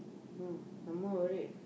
oh I'm more worried